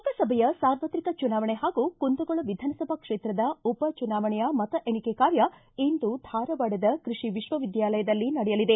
ಲೋಕಸಭೆಯ ಸಾರ್ವತ್ರಿಕ ಚುನಾವಣೆ ಹಾಗೂ ಕುಂದಗೋಳ ವಿಧಾನಸಭಾ ಕ್ಷೇತ್ರದ ಉಪಚುನಾವಣೆಯ ಮತ ಎಣಿಕೆ ಕಾರ್ಯ ಇಂದು ಧಾರವಾಡದ ಕೃಷಿ ವಿಕ್ವವಿದ್ಯಾಲಯದಲ್ಲಿ ನಡೆಯಲಿದೆ